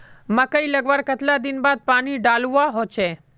मकई लगवार कतला दिन बाद पानी डालुवा होचे?